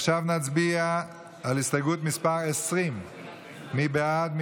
עכשיו נצביע על הסתייגות מס' 20. מי בעד?